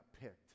picked